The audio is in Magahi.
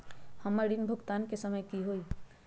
हमर ऋण भुगतान के समय कि होई?